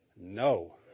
no